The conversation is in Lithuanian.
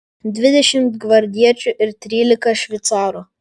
dvidešimt gvardiečių ir trylika šveicarų